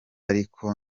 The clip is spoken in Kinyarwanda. ariko